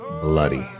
Bloody